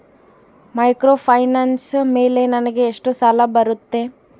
Microfinance ಮೇಲೆ ನನಗೆ ಎಷ್ಟು ಸಾಲ ಬರುತ್ತೆ?